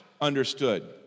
understood